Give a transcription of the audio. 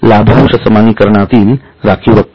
लाभांश समानीकरनातील राखीव रक्कम